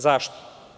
Zašto?